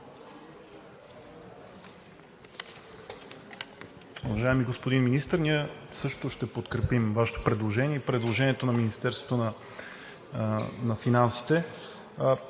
Уважаеми господин Министър, ние също ще подкрепим Вашето предложение и предложението на Министерството на финансите.